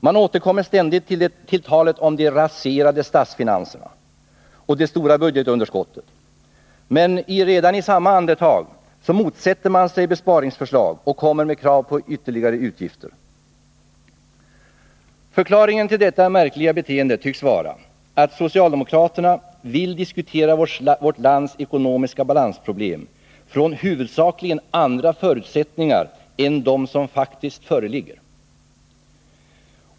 Man återkommer ständigt till talet om de raserade statsfinanserna och det stora budgetunderskottet, men redan i samma andetag motsätter man sig besparingsförslag och kommer med krav på ytterligare utgifter. Förklaringen till detta märkliga beteende tycks vara att socialdemokraterna vill diskutera vårt lands ekonomiska balansproblem från huvudsakligen andra förutsättningar än de som faktiskt föreligger.